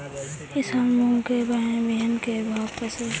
ई साल मूंग के बिहन के भाव कैसे हई?